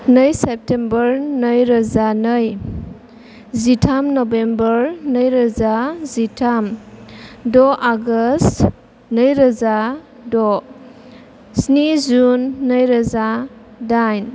नै सेप्तेम्बर नैरोजा नै जिथाम नभेम्बर नैरोजा जिथाम द' आगस्त' नैरोजा द स्नि जुन नैरोजा दाइन